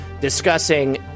discussing